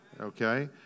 Okay